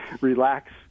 Relax